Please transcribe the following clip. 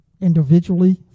individually